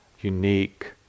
unique